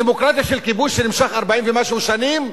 דמוקרטיה של כיבוש שנמשך 40 ומשהו שנים?